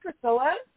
Priscilla